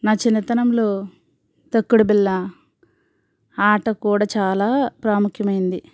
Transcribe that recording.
నా చిన్నతనంలో తొక్కుడు బిళ్ళ ఆట కూడా చాలా ప్రాముఖ్యమైనది